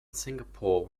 singapore